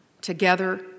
together